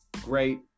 great